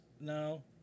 no